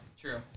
true